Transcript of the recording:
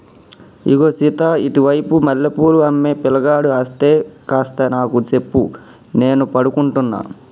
ఇగో సీత ఇటు వైపు మల్లె పూలు అమ్మే పిలగాడు అస్తే కాస్త నాకు సెప్పు నేను పడుకుంటున్న